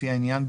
לפי העניין,